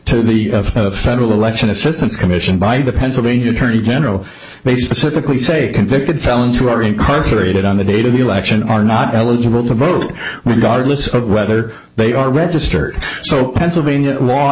to the federal election assistance commission by the pennsylvania attorney general they specifically say convicted felons who are incarcerated on the date of the election are not eligible to vote when god lists of whether they are registered so pennsylvania law